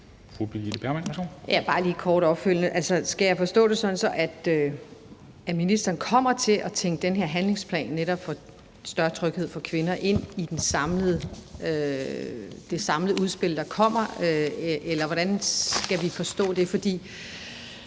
Skal jeg forstå det sådan, at ministeren kommer til at tænke den her handlingsplan, netop om større tryghed for kvinder, ind i det samlede udspil, der kommer, eller hvordan skal vi forstå det? For